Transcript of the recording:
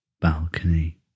balcony